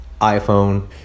iPhone